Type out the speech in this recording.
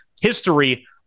history